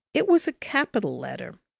it was a capital letter,